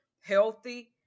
healthy